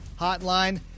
Hotline